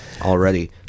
already